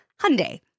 Hyundai